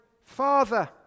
Father